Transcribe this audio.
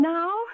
Now